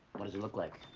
what does it look like?